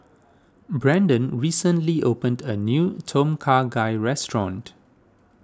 Brandon recently opened a new Tom Kha Gai restaurant